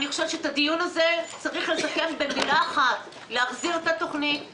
את הדיון הזה צריך לסכם במילה אחת: להחזיר את התוכנית.